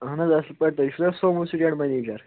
اَہن حظ اَصٕل پٲٹھۍ تُہۍ چھُو نَہ سوموٗ سٕٹینٛڈ مَنیجَر